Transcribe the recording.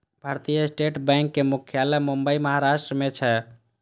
भारतीय स्टेट बैंकक मुख्यालय मुंबई, महाराष्ट्र मे छै